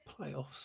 Playoffs